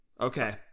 Okay